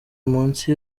munsi